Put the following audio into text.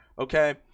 okay